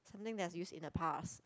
something that's used in the past